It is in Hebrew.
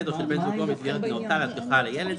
או של בן זוגו מסגרת נאותה להשגחה על הילד,